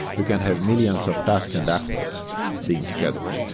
you can have millions of tasks and actors being scheduled.